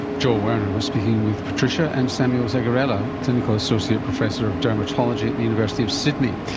joel werner was speaking with patricia, and samuel zagarella, clinical associate professor of dermatology at the university of sydney.